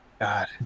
God